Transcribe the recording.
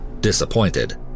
disappointed